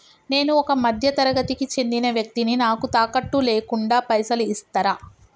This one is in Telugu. నేను ఒక మధ్య తరగతి కి చెందిన వ్యక్తిని నాకు తాకట్టు లేకుండా పైసలు ఇస్తరా?